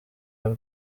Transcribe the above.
y’u